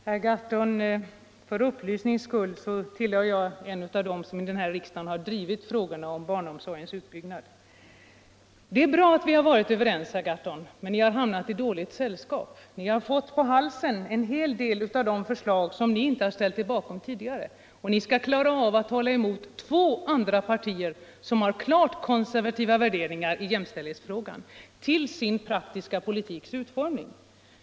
Herr talman! För upplysnings skull vill jag tala om för herr Gahrton att jag är en av dem som här i riksdagen har drivit frågan om barnomsorgens utbyggnad. Det är bra att vi har varit överens, herr Gahrton, men ni har hamnat i dåligt sällskap. Ni har fått på halsen en hel del av de förslag som ni inte har ställt er bakom tidigare, och ni skall klara av att hålla emot två partier som i sin praktiska politiks utformning har klart konservativa värderingar i jämställdhetsfrågan.